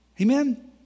Amen